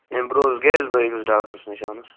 امہِ برٛونٛہہ حظ گٔیَس بہٕ أمِس ڈاکٹَرَس نِش اہن حظ